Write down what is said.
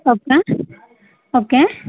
okay okay